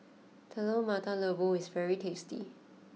Telur Mata Lembu is very tasty